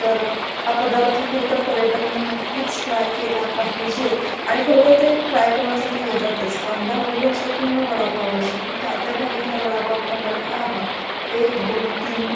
तरं हा पदार्थ खरं तर पर्यटकांनी नक्कीच ट्राय केला पाहिजे आणि खरं तर ते ट्राय करण्यासाठी येतातच कांदा भजी असो किंवा वडापाव असो की त्या त्या भागातला वडापाव खाल्लं की आहाा एक दोन तीन